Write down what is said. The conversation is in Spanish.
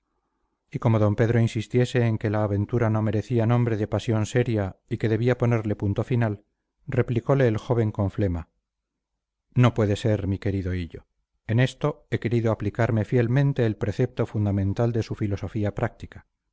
y como don pedro insistiese en que la aventura no merecía nombre de pasión seria y que debía ponerle punto final replicole el joven con flema no puede ser mi querido hillo en esto he querido aplicarme fielmente el precepto fundamental de su filosofía práctica